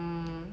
um